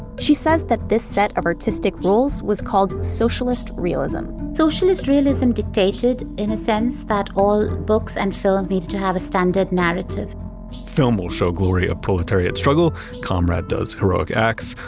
she says that this set of artistic rules was called socialist realism socialist realism dictated in a sense that all books and films needed to have a standard narrative film will show glory of proletariat struggle. comrade does heroic acts.